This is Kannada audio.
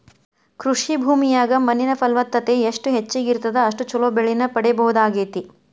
ಕೃಷಿ ಭೂಮಿಯಾಗ ಮಣ್ಣಿನ ಫಲವತ್ತತೆ ಎಷ್ಟ ಹೆಚ್ಚಗಿ ಇರುತ್ತದ ಅಷ್ಟು ಚೊಲೋ ಬೆಳಿನ ಪಡೇಬಹುದಾಗೇತಿ